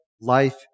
life